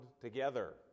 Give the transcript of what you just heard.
together